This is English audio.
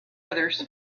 others